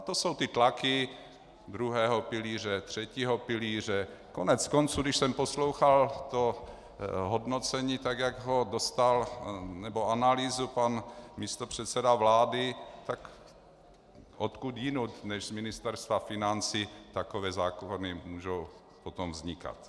To jsou ty tlaky druhého pilíře, třetího pilíře, koneckonců, když jsem poslouchal to hodnocení, tak jak ho dostal, nebo analýzu, pan místopředseda vlády, tak odkud jinud než z Ministerstva financí takové zákony můžou potom vznikat?